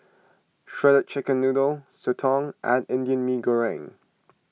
Shredded Chicken Noodles Soto and Indian Mee Goreng